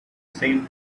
same